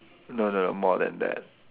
no no no more than that